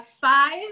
Five